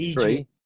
Three